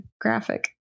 graphic